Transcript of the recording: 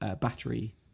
battery